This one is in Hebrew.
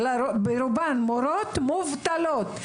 ברובן מורות מובטלות.